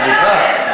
סליחה.